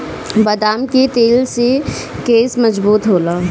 बदाम के तेल से केस मजबूत होला